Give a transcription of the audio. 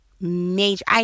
Major